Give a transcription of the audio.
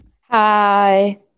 Hi